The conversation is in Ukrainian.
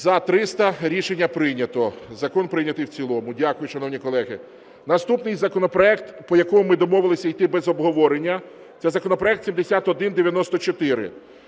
За-300 Рішення прийнято. Закон прийнятий в цілому. Дякую, шановні колеги. Наступний законопроект, по якому ми домовилися йти без обговорення, це законопроект 7194,